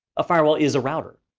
a firewall is a router,